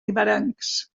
riberencs